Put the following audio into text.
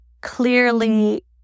clearly